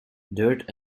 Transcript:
dirt